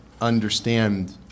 understand